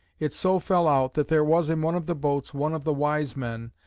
it so fell out, that there was in one of the boats one of the wise men,